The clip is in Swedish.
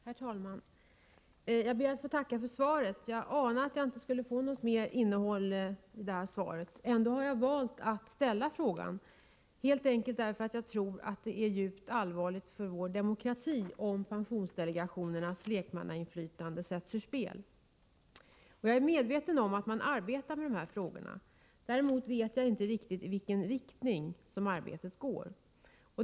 Herr talman! Jag ber att få tacka för svaret. Jag anade att det inte skulle bli något mer innehåll i svaret. Ändå har jag valt att ställa frågan, helt enkelt därför att jag tror det är djupt allvarligt för vår demokrati om pensionsdelegationernas lekmannainflytande sätts ur spel. Jag är medveten om att man arbetar med dessa frågor. Däremot vet jag inte i vilken riktning arbetet går.